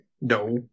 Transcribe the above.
No